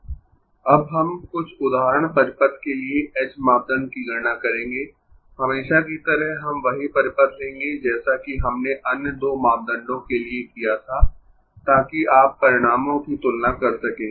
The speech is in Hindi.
अब हम कुछ उदाहरण परिपथ के लिए h मापदंड की गणना करेंगें हमेशा की तरह हम वही परिपथ लेंगें जैसा कि हमने अन्य दो मापदंडों के लिए किया था ताकि आप परिणामों की तुलना कर सकें